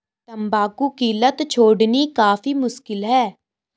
तंबाकू की लत छोड़नी काफी मुश्किल है